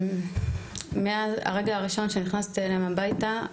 מאז הרגע הראשון שנכנסתי אליהם הביתה,